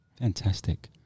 Fantastic